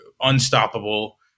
unstoppable